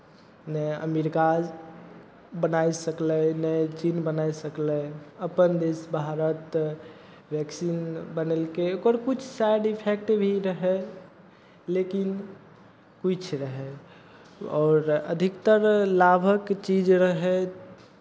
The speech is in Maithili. नहि अमेरिका बनाय सकलै नहि चीन बनाय सकलै अपन देश भारत वैक्सीन बनेलकै ओकर किछु साइड इफेक्ट भी रहै लेकिन किछु रहै आओर अधिकतर लाभक चीज रहै